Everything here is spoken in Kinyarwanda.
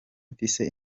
mfise